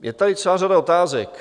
Je tady celá řada otázek.